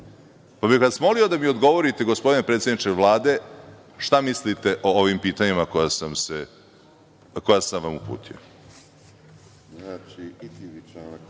bih vas molio, da mi odgovorite, gospodine predsedniče Vlade šta mislite o ovim pitanjima koja sam vam uputio? **Maja